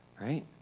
right